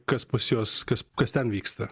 kas pas juos kas kas ten vyksta